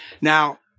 Now